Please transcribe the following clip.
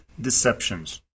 deceptions